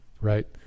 right